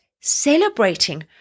celebrating